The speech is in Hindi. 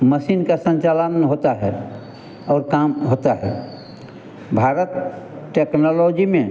मसीन का संचालन होता है और काम होता है भारत टेक्नोलॉजी में